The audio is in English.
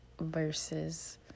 versus